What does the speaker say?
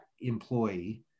employee